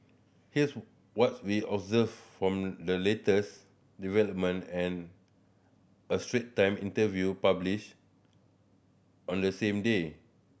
here's what we observed from the latest development and a Strait Time interview published on the same day